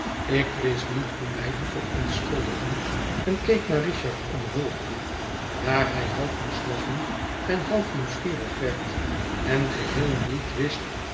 ik wist niet hoe mij te verontschuldigen en keek naar richard om hulp daar hij half moest lachen en half nieuwsgierig werd en geheel niet wist